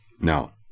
Now